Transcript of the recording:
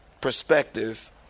perspective